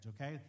okay